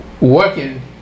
working